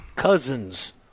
Cousins